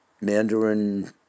Mandarin